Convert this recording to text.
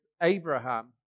Abraham